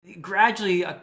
gradually